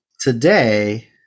today